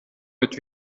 mit